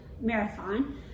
marathon